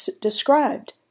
described